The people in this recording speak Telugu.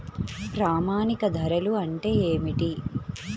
ప్రామాణిక ధరలు అంటే ఏమిటీ?